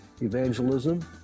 evangelism